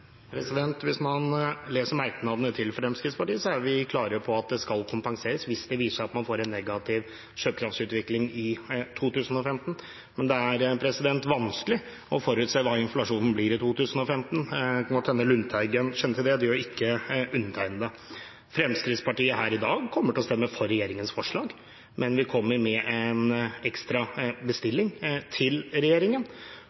politikk? Hvis man leser merknadene til Fremskrittspartiet, ser man at vi er klare på at det skal kompenseres hvis det viser seg at man får en negativ kjøpekraftsutvikling i 2015. Men det er vanskelig å forutse hva inflasjonen blir i 2015. Det kan godt hende Lundteigen kjenner til det. Det gjør ikke undertegnede. Fremskrittspartiet kommer i dag til å stemme for regjeringens forslag, men vi kommer med en ekstra bestilling til regjeringen.